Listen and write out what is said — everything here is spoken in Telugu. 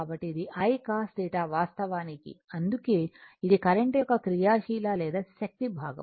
కాబట్టి ఇది I cos θ వాస్తవానికి అందుకే ఇది కరెంట్ యొక్క క్రియాశీల లేదా శక్తి భాగం